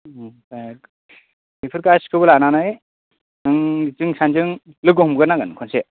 ओमफाय बेफोर गासिखौबो लानानै नों जों सानजों लोगो हमगोर नांगोन खनसे